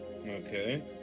Okay